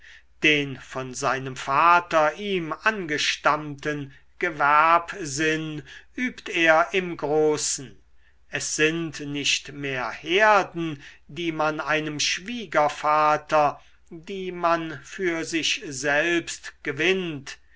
den von seinem vater ihm angestammten gewerbsinn übt er im großen es sind nicht mehr herden die man einem schwiegervater die man für sich selbst gewinnt